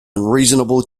unreasonable